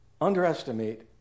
underestimate